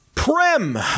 Prim